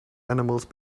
animals